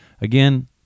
Again